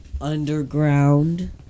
Underground